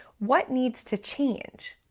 what needs to change.